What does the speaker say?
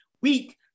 weak